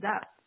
up